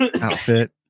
outfit